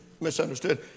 misunderstood